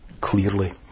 clearly